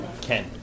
Ken